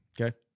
Okay